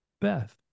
Beth